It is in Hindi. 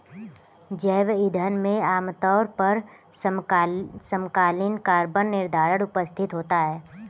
जैव ईंधन में आमतौर पर समकालीन कार्बन निर्धारण उपस्थित होता है